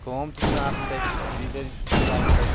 کٲم تہِ چھِ مے آسان تَتہِ خریٖدٲری تہِ چھُس بہٕ کَران تَتہِ